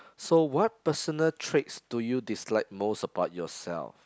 so what personal traits do you dislike most about yourself